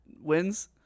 wins